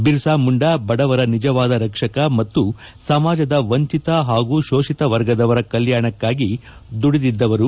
ಬಿರ್ಸಾ ಮುಂಡಾ ಬಡವರ ನಿಜವಾದ ರಕ್ಷಕ ಮತ್ತು ಸಮಾಜದ ವಂಚಿತ ಹಾಗೂ ಕೋಷಿತ ವರ್ಗದವರ ಕಲ್ಕಾಣಕ್ಕಾಗಿ ದುಡಿದಿದ್ದವರು